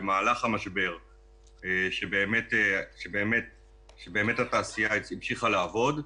במהלך המשבר שבאמת התעשייה המשיכה לעבוד,